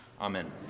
Amen